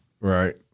Right